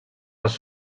les